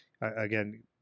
Again